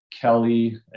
Kelly